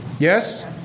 Yes